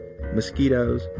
mosquitoes